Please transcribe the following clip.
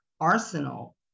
arsenal